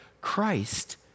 Christ